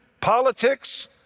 politics